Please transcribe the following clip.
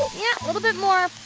yeah, a little bit more.